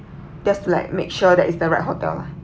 that's like make sure that it's the right hotel lah